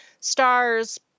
stars